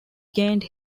gained